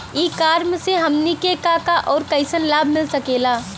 ई कॉमर्स से हमनी के का का अउर कइसन लाभ मिल सकेला?